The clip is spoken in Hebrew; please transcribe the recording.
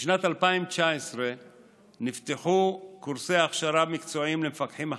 בשנת 2019 נפתחו קורסי הכשרה מקצועיים למפקחים החדשים,